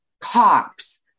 cops